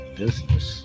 business